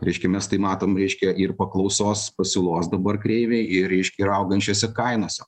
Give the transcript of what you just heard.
reiškia mes tai matom reiškia ir paklausos pasiūlos dabar kreivėj ir reiškia ir augančiose kainose